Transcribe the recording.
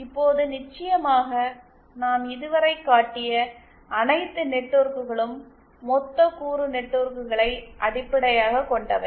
இப்போது நிச்சயமாக நாம் இதுவரை காட்டிய அனைத்து நெட்வொர்க்குகளும் மொத்த கூறு நெட்வொர்க்குகளை அடிப்படையாகக் கொண்டவை